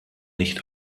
nicht